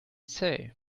say